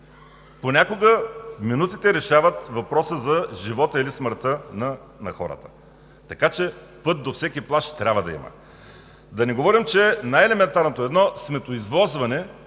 Понякога минутите решават въпроса за живота или смъртта на хората, така че път до всеки плаж трябва да има. Да не говорим, че най-елементарното – едно сметоизвозване,